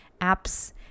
apps